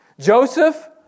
Joseph